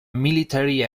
military